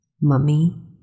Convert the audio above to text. Mummy